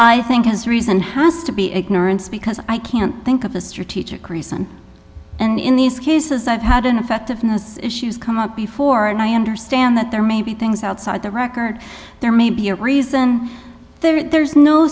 i think as reason has to be ignorance because i can't think of a strategic reason and in these cases i've had an effect of necessity issues come up before and i understand that there may be things outside the record there may be a reason there